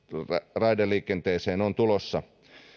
raideliikenteeseen on tulossa